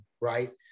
right